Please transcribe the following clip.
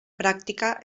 pràctica